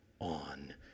on